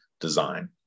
design